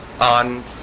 on